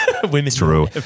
true